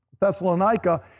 Thessalonica